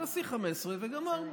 תעשי 15 וגמרנו.